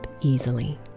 easily